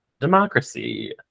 democracy